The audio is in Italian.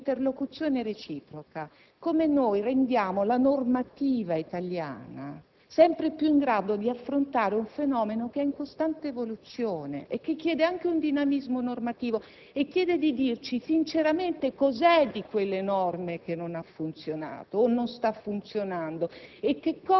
oggi di capire, nell'onestà reciproca, nell'interlocuzione reciproca, come rendere la normativa italiana sempre più in grado di affrontare un fenomeno che è in costante evoluzione, che richiede un dinamismo normativo, che chiede di dirci sinceramente cosa di quelle norme